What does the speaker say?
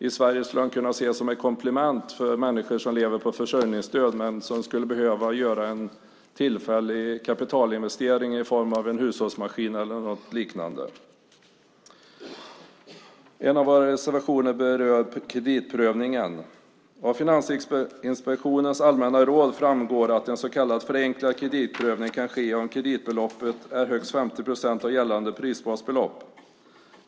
I Sverige skulle det kunna ses som ett komplement för människor som lever på försörjningsstöd men som skulle behöva göra en tillfällig kapitalinvestering i form av en hushållsmaskin eller liknande. En av våra reservationer berör kreditprövningen. Av Finansinspektionens allmänna råd framgår att en så kallad förenklad kreditprövning kan ske om kreditbeloppet är högst 50 procent av gällande prisbasbelopp.